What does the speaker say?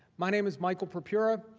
my name is michael pugh pure.